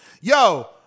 Yo